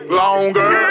longer